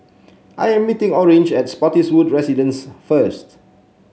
I am meeting Orange at Spottiswoode Residences first